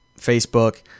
Facebook